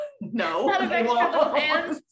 no